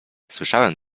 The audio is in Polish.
słyszałem